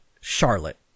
Charlotte